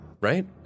right